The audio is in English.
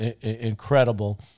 incredible